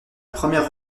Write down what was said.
première